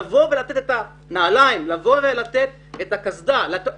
לבוא ולתת את הנעליים, לתת את הקסדה,